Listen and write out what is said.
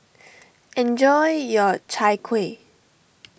enjoy your Chai Kueh